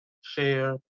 share